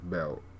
Belt